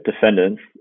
defendant's